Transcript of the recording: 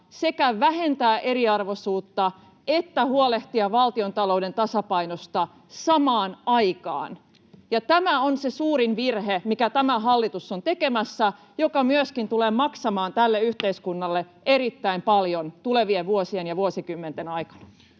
sekä vähentää eriarvoisuutta että huolehtia valtiontalouden tasapainosta samaan aikaan, ja tämä on se suurin virhe, jonka tämä hallitus on tekemässä, joka myöskin tulee maksamaan tälle yhteiskunnalle erittäin paljon tulevien vuosien ja vuosikymmenten aikana.